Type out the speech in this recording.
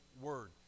word